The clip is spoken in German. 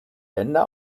länder